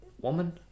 woman